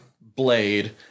Blade